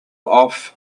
off